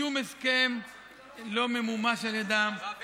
שום הסכם לא ממומש על ידם,